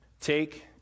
Take